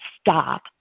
stop